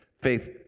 Faith